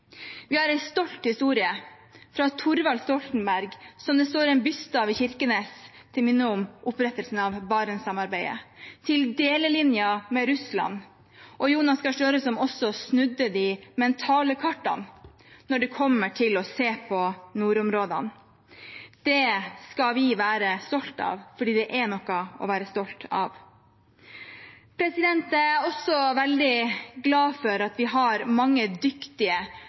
Vi har en stolt historie, fra Thorvald Stoltenberg, som det står en byste av i Kirkenes til minne om opprettelsen av Barentssamarbeidet, og til delelinjen med Russland og Jonas Gahr Støre, som også snudde de mentale kartene når det kommer til å se på nordområdene. Det skal vi være stolte av, fordi det er noe å være stolt av. Jeg er også veldig glad for at vi har mange dyktige